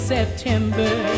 September